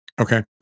Okay